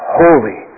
holy